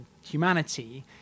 humanity